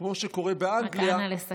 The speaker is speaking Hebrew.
כמו שקורה באנגליה,